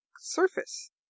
surface